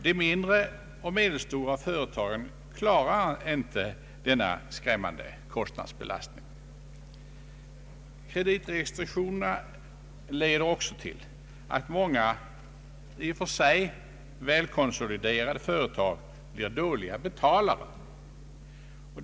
De mindre och medelstora företagen klarar inte denna kostnadsbelastning. Kreditrestriktionerna leder också till att många i och för sig välkonsoliderade företag är dåliga betalare.